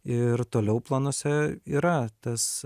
ir toliau planuose yra tas